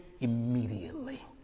immediately